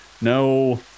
No